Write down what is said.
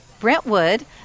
Brentwood